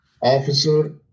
officer